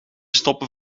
stoppen